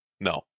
no